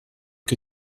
que